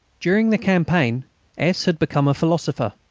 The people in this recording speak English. during the campaign s. had become a philosopher,